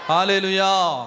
Hallelujah